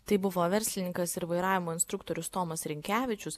tai buvo verslininkas ir vairavimo instruktorius tomas rinkevičius